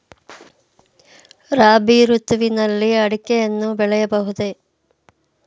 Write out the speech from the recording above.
ರಾಬಿ ಋತುವಿನಲ್ಲಿ ಅಡಿಕೆಯನ್ನು ಬೆಳೆಯಬಹುದೇ?